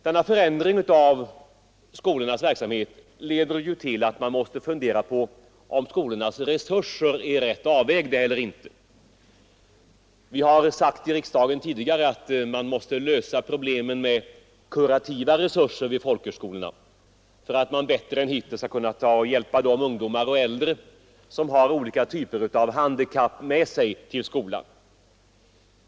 Denna förändring av skolornas verksamhet leder ju till att man måste fundera på om skolornas resurser är rätt avvägda eller inte. Vi har sagt förut i riksdagen att man måste lösa problemen med kurativa resurser vid folkhögskolorna för att bättre än hittills kunna hjälpa de ungdomar och äldre som har olika typer av handikapp med sig till skolan.